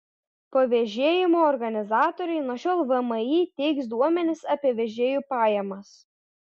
pavėžėjimo organizatoriai nuo šiol vmi teiks duomenis apie vežėjų pajamas